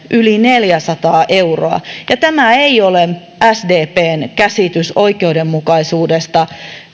yli neljäsataa euroa tämä ei ole sdpn käsitys oikeudenmukaisuudesta